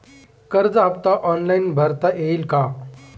कर्ज हफ्ता ऑनलाईन भरता येईल का?